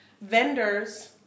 Vendors